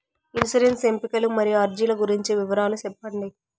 insurance ఎంపికలు మరియు అర్జీల గురించి వివరాలు సెప్పండి